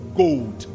gold